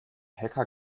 hacker